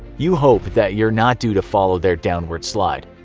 you hope that you're not due to follow their downward slide.